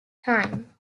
time